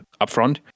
upfront